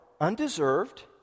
undeserved